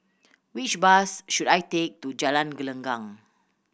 which bus should I take to Jalan Gelenggang